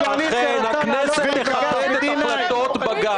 השופטים --- הכנסת תכבד את החלטות בג"ץ.